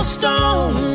stone